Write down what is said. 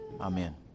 Amen